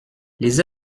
les